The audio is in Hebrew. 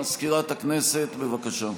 מזכירת הכנסת, בבקשה.